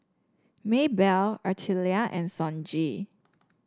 Maebell Artelia and Sonji